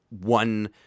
one